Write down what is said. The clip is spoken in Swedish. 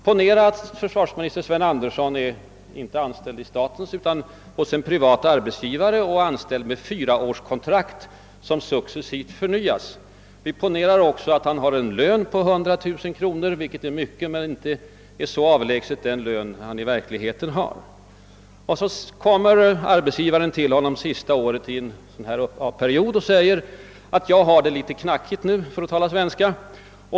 Ponera att försvarsminister Sven Andersson inte är anställd i statens tjänst utan hos en privat arbetsgivare och har ett fyraårskontrakt, som successivt förnyas. Vi ponerar också att han har en lön på 100 000 kronor, vilket är mycket, men inte ligger så långt ifrån den lön som han i verkligheten har. Så kommer arbetsgivaren till honom sista året i en avtalsperiod och säger: »Jag har det litet ”knackigt” nu.